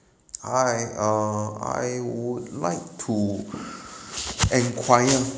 hi uh I would like to inquire